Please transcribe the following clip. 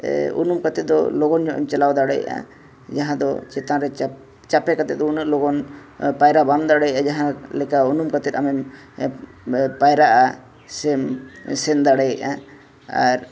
ᱩᱱᱩᱢ ᱠᱟᱛᱮᱫᱚ ᱞᱚᱜᱚᱱ ᱧᱚᱜ ᱮᱢ ᱪᱟᱞᱟᱣ ᱫᱟᱲᱮᱭᱟᱜᱼᱟ ᱡᱟᱦᱟᱸ ᱫᱚ ᱪᱮᱛᱟᱱ ᱨᱮ ᱪᱟᱯᱮ ᱠᱟᱛᱮ ᱫᱚ ᱩᱱᱟᱹᱜ ᱞᱚᱜᱚᱱ ᱯᱟᱭᱨᱟᱜ ᱵᱟᱢ ᱫᱟᱲᱮᱭᱟᱜᱼᱟ ᱡᱟᱦᱟᱸᱞᱮᱠᱟ ᱩᱱᱩᱢ ᱠᱟᱛᱮᱫ ᱟᱢᱮᱢ ᱯᱟᱭᱨᱟᱜᱼᱟ ᱥᱮᱢ ᱥᱮᱱ ᱫᱟᱲᱮᱭᱟᱜᱼᱟ ᱟᱨ